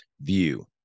view